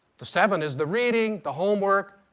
the seven is the reading, the homework,